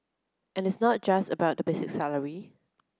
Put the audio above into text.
and it's not just about the basic salary